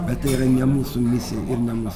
bet tai yra ne mūsų misija ir ne mūsų